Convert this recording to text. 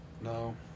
no